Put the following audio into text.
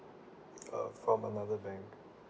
um from another bank